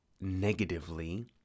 negatively